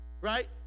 right